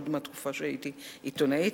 עוד מהתקופה שהייתי עיתונאית,